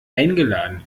eingeladen